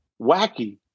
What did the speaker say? wacky